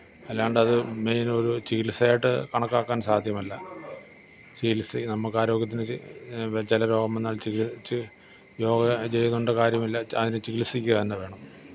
അല്ലാണ്ടത് മെയിനൊരു ചികിത്സയായിട്ട് കണക്കാക്കാന് സാധ്യമല്ല ചികിത്സയ് നമ്മള്ക്കാരോഗ്യത്തിന് ചി ചില രോഗം വന്നാല് ചികി ച്ച് യോഗ ചെയ്യുന്നതുകൊണ്ട് കാര്യമില്ല ച അതിന് ചികിത്സിക്കുക തന്നെ വേണം